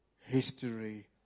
history